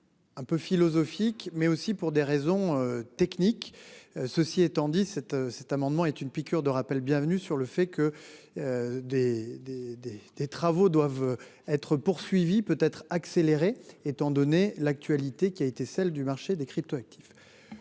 Un peu philosophique mais aussi pour des raisons techniques. Ceci étant dit cet, cet amendement est une piqûre de rappel bienvenu sur le fait que. Des des des des travaux doivent être poursuivis peut être accélérée. Étant donné l'actualité qui a été celle du marché des crypto-actifs.